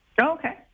Okay